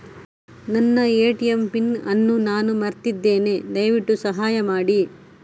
ನನ್ನ ATM PIN ಅನ್ನು ನಾನು ಮರ್ತಿದ್ಧೇನೆ, ದಯವಿಟ್ಟು ಸಹಾಯ ಮಾಡಿ